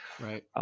Right